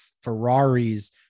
Ferrari's